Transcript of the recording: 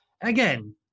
Again